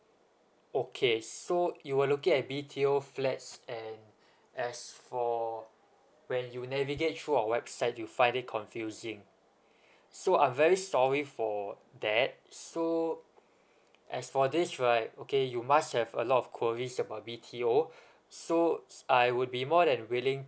okay so you were looking at B_T_O flats and as for when you navigate through our website you find it confusing so I'm very sorry for that so as for this right okay you must have a lot of queries about B_T_O so I would be more than willing